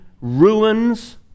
ruins